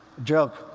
joke.